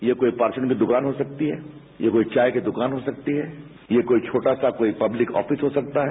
ये कोई परमुन की दुकान भी शो सकती है ये कोई चाय की दुकान हो सकती है ये कोई छोटा सा कोई पश्लिक ऑफिस हो स्तकता है